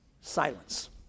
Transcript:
Silence